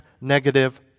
negative